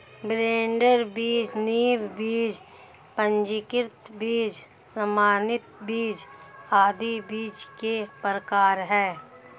breeder बीज, नींव बीज, पंजीकृत बीज, प्रमाणित बीज आदि बीज के प्रकार है